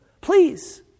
Please